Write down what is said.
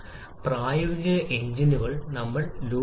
അന്തിമ പ്രഭാവം തന്മാത്രകളുടെ എണ്ണത്തിലുള്ള വ്യതിയാനമാണ്